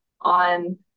on